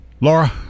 Laura